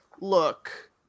look